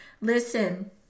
Listen